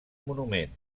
monument